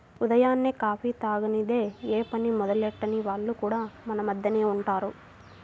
ఉదయాన్నే కాఫీ తాగనిదె యే పని మొదలెట్టని వాళ్లు కూడా మన మద్దెనే ఉంటారు